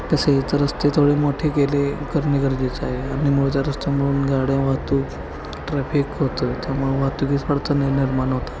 तसे तर रस्ते थोडे मोठे केले करणे गरजेचं आहे आणि मूळच्या रस्त्यामधून गाड्या वाहतूक ट्रॅफिक होतं त्यामुळं वाहतूकीस अडचणी निर्माण होतात